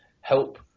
help